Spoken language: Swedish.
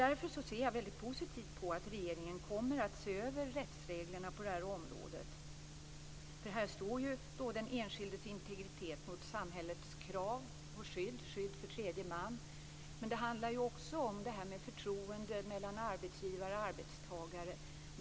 Därför ser jag mycket positivt på att regeringen kommer att se över rättsreglerna på det här området. Här står den enskildes integritet mot samhällets krav på skydd för tredje man. Men det handlar också om förtroende mellan arbetsgivare och arbetstagare.